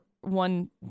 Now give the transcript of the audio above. one